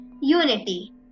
unity